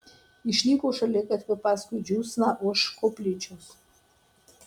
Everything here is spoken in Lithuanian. išnyko šaligatviu paskui džiūsną už koplyčios